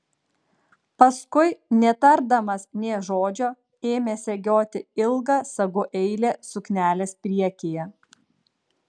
paskui netardamas nė žodžio ėmė segioti ilgą sagų eilę suknelės priekyje